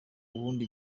ubundi